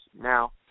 Now